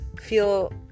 feel